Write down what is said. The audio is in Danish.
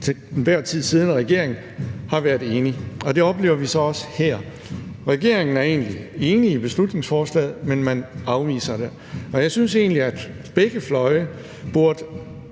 enhver tid siddende regering har været enig, og det oplever vi så også her. Regeringen er egentlig enig i beslutningsforslaget, men man afviser det, og jeg synes egentlig, at begge fløje burde